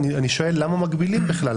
אני שואל למה מגבילים בכלל?